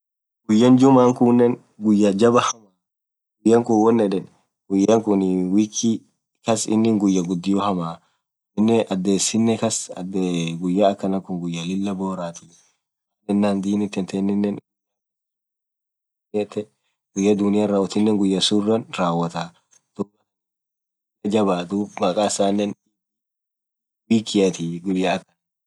guyaan jumaaa kunen guyya jabba hamaa guyya kunn won yed guyya Kun week kas inin guyya gudhio hamaaaa aminen adhesinen kas guyya Akan Kun guyaa Lilah borathii maaan yenan Dini tenanen inamaan guyya sunn guyaa Dunia rawothinen guyasuran rawotha dhubathaan malsun jabaa maqha isinanen mwisho week athi